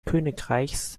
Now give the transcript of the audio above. königreichs